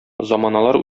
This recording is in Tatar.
заманалар